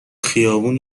خیابون